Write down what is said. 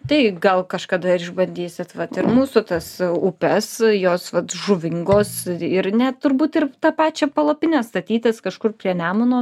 tai gal kažkada išbandysit vat ir mūsų tas upes jos vat žuvingos ir net turbūt ir tą pačią palapinę statytis kažkur prie nemuno